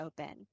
open